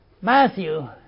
Matthew